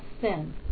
sin